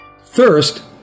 Thirst